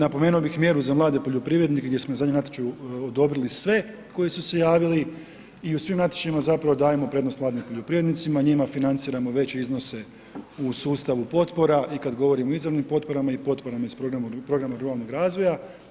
Napomenuo bih mjeru za mlade poljoprivrednike gdje smo zadnji natječaj odobrili sve koji su se javili i u svim natječajima zapravo dajemo prednost mladim poljoprivrednicima, njima financiramo veće iznose u sustavu potpora i kad govorim o izravnim potporama i potporama iz programa ruralnog razvoja.